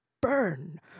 burn